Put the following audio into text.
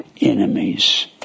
enemies